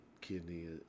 kidney